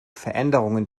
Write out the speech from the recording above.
veränderungen